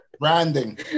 Branding